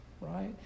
right